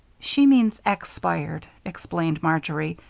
she means ex pired, explained marjory,